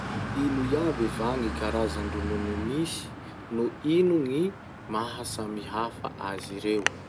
Ino iaby gny karazan-dronono misy noho ino gny mahasamy hafa azy reo?